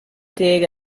dig